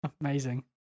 Amazing